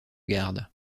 garde